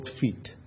feet